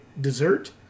dessert